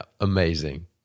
amazing